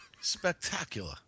Spectacular